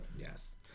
yes